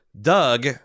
Doug